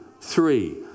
three